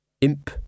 imp